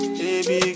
baby